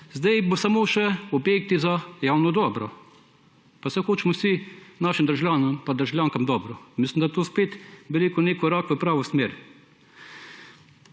sedaj bodo samo še objekti za javno dobro. Pa saj hočemo vsi našim državljanom in državljankam dobro! Mislim, da je to spet nek korak v pravo smer.